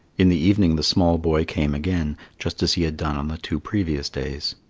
in the evening the small boy came again, just as he had done on the two previous days.